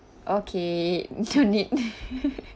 okay don't need